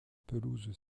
pelouses